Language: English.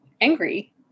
angry